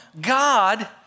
God